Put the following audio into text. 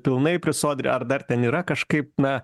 pilnai prisodri ar dar ten yra kažkaip na